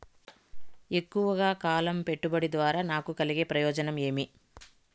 ఎక్కువగా కాలం పెట్టుబడి ద్వారా నాకు కలిగే ప్రయోజనం ఏమి?